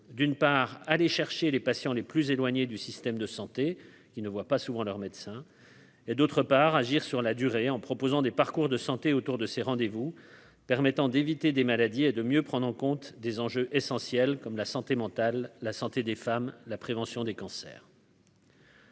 d'une part, aller chercher les patients les plus éloignées du système de santé qui ne voit pas souvent leur médecin et d'autre part, agir sur la durée, en proposant des parcours de santé autour de ces rendez-vous permettant d'éviter des maladies et de mieux prendre en compte des enjeux essentiels comme la santé mentale, la santé des femmes, la prévention des cancers.